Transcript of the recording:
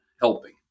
helping